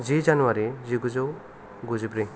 जि January जिगुजौ गुजिब्रै